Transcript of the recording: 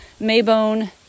Maybone